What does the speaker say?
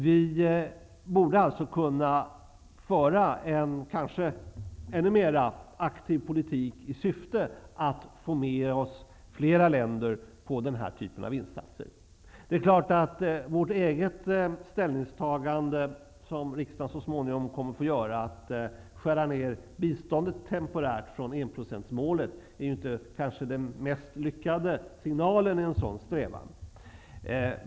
Vi borde alltså kunna föra en ännu aktivare politik i syfte att få med oss flera länder när det gäller den här typen av insatser. Det är klart att vårt eget ställningstagande, som riksdagen så småningom kommer att få göra -- dvs. att temporärt skära ned biståndet och gå ifrån enprocentsmålet -- kanske inte är den mest lyckade signalen i en sådan strävan.